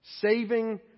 saving